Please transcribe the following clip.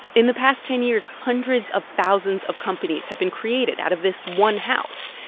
in the past ten years, hundreds of thousands of companies have been created out of this one house.